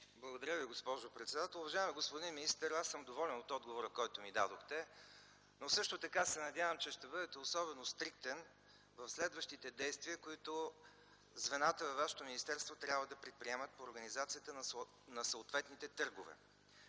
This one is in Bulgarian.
Благодаря Ви, госпожо председател. Уважаеми господин министър, аз съм доволен от отговора, който ми дадохте, но също така се надявам, че ще бъдете особено стриктен в следващите действия, които звената във вашето министерство трябва да предприемат по организацията на съответните търгове.